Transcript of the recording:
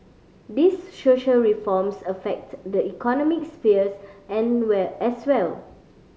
these social reforms affect the economic sphere and well as well